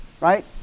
right